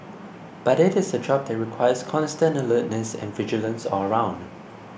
but it is a job that requires constant alertness and vigilance all round